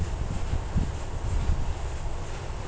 intercropping खेतीया के व्यवस्था हई